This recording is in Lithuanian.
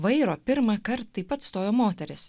vairo pirmąkart taip pat stojo moteris